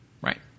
Right